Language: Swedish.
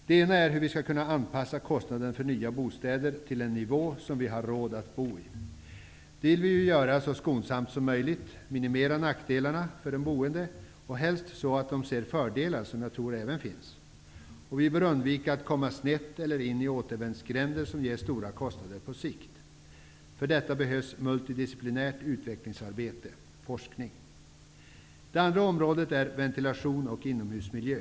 Det ena gäller hur vi skall kunna anpassa kostnaden för nya bostäder till en nivå som gör att vi har råd att bo där. Det vill vi göra så skonsamt som möjligt, genom att minimera nackdelarna för de boende och helst få dem att se de fördelar som jag tror också finns. Vi bör undvika att komma snett eller in i återvändsgränder som ger stora kostnader på sikt. För detta behövs multidisciplinärt utvecklingsarbete, forskning. Det andra området är ventilation och inomhusmiljö.